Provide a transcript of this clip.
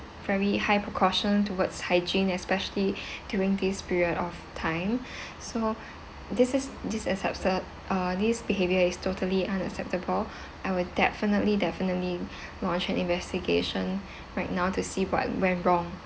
very high precaution towards hygiene especially during this period of time so this is this is uh this behavior is totally unacceptable I would definitely definitely launch an investigation right now to see what went wrong